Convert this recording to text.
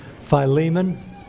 Philemon